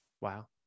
Wow